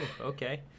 okay